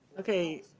okay.